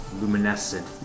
Luminescent